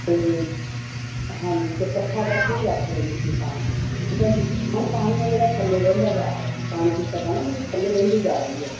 ਅਤੇ ਹਾਂਜੀ ਅਤੇ ਇਕੱਠਾ ਕਰਕੇ ਵੀ ਰੱਖ ਲੈਂਦੇ ਸੀ ਪਾਣੀ ਠੀਕ ਹੈ ਜੀ ਹੁਣ ਪਾਣੀ ਆ ਜਿਹੜਾ ਥੱਲੇ ਵਹਿੰਦਾ ਜਾ ਰਿਹਾ ਜੀ ਪਾਣੀ ਦੀ ਸਤਹ ਆ ਨਾ ਜਿਹੜੀ ਥੱਲੇ ਰਿੜ੍ਹਦੀ ਜਾ ਰਹੀ ਹੈ